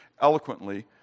eloquently